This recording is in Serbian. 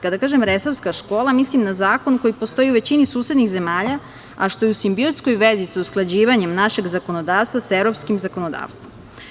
Kada kažem resavska škola, mislim na zakon koji postoji u većini susednih zemalja, a što je u simbiotskoj vezi sa usklađivanjem našeg zakonodavstva sa evropskim zakonodavstvom.